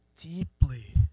Deeply